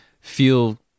feel